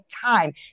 time